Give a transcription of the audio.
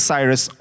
Cyrus